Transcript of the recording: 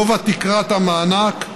תקרת המענק,